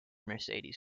mercedes